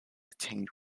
attained